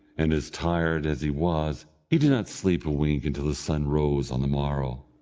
and as tired as he was he did not sleep a wink until the sun rose on the morrow.